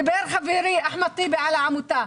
דיבר חברי אחמד טיבי על העמותה.